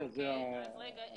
רגע,